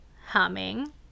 humming